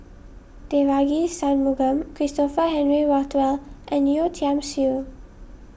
Devagi Sanmugam Christopher Henry Rothwell and Yeo Tiam Siew